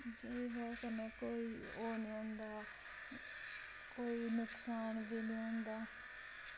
जेह्दी बजह कन्नै कोई ओह् नी होंदा कोई नुकसान बी नी होंदा